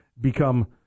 become